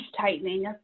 tightening